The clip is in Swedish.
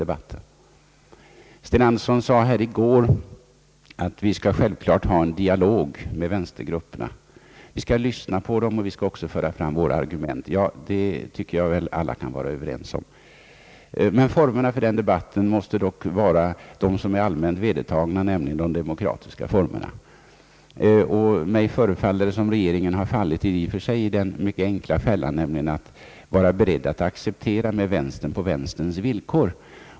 Herr Sten Andersson sade här i går att vi självfallet skall ha en dialog med vänstergrupperna — vi skall lyssna på dem, och vi skall också föra fram våra argument — det tycker jag att alla kan vara överens om. Formerna för den debatten måste dock vara de allmänt vedertagna, nämligen de demokratiska formerna. Mig förefaller det som om regeringen fallit i den mycket enkla fällan att diskutera med vänstern på vänsterns villkor.